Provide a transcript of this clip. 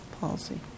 policy